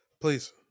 Please